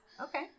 Okay